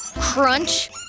Crunch